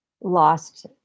lost